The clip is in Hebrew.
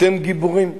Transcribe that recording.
אתם גיבורים,